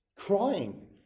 crying